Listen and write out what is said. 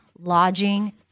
lodging